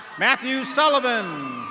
matthew sullivan.